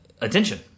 attention